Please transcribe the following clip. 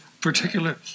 particular